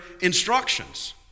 instructions